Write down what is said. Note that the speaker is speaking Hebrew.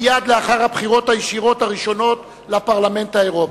מייד לאחר הבחירות הישירות הראשונות לפרלמנט האירופי.